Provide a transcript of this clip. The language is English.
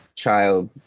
Child